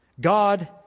God